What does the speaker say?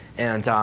and